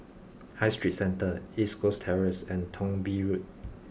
High Street Centre East Coast Terrace and Thong Bee Road